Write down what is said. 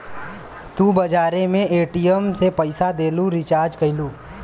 तू बजारे मे ए.टी.एम से पइसा देलू, रीचार्ज कइलू